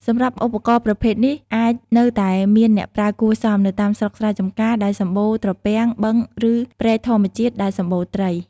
សម្រាប់ឧបករណ៍ប្រភេទនេះ អាចនៅតែមានអ្នកប្រើគួរសម នៅតាមស្រុកស្រែចម្ការ ដែលសម្បូរត្រពាំង បឹងឬព្រែកធម្មជាតិដែលសម្បូរត្រី។